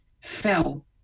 fell